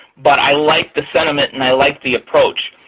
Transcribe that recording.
but i like the sentiment and i like the approach.